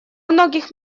многих